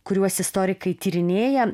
kuriuos istorikai tyrinėja